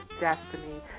Destiny